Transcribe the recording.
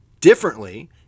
differently